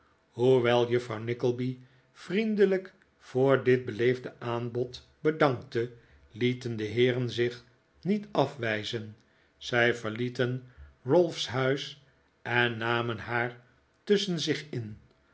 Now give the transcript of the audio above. hoewel juffrouw nickleby vriendelijk voor dit beleefde aanbod bedankte lieten de heeren zich niet afwijzen zij verlieten ralph's huis en namen haar tusschen zich in